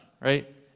right